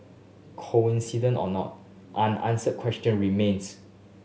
coincidence or not unanswered question remains